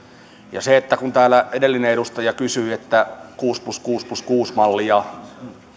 ja se kun täällä edellinen edustaja kysyi kuusi plus kuusi plus kuusi mallia